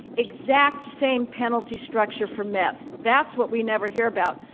exact same penalty structure for meth. that's what we never hear about.